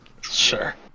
Sure